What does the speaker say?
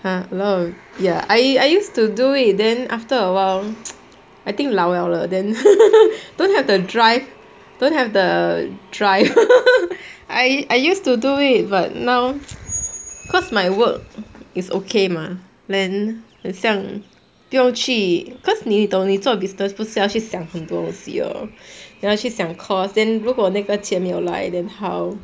!huh! a lot of I I used to do it then after awhile I think 老了了 then don't have the drive don't have the drive I used to do it but now because my work is okay mah then 很像不用去 because 你懂你做 business 不是要去想很多东西 lor 你要去想 cost then 如果那个钱没有来 then how